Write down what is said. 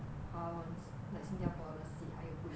华文 like 新加坡的戏还有鬼戏